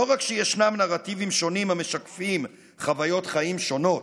לא רק שיש נרטיבים שונים המשקפים חוויות חיים שונות,